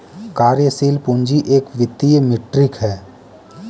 कार्यशील पूंजी एक वित्तीय मीट्रिक है